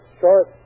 short